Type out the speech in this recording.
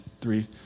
three